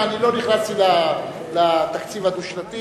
לתקציב הדו-שנתי.